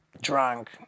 drunk